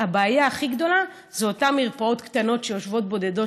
הבעיה הכי גדולה זה אותן מרפאות קטנות שיושבות בודדות,